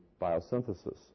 biosynthesis